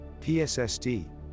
PSSD